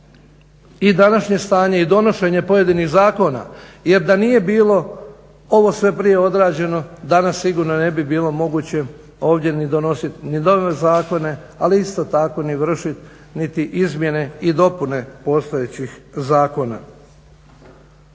i današnje stanje i donošenje pojedinih zakona, jer da nije bilo ovo sve prije odrađeno danas sigurno ne bi bilo moguće ovdje ni donosit ni …/Govorni se ne razumije./… zakone, ali isto tako ni vršit niti izmjene i dopune postojećih zakona.